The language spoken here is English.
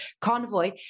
convoy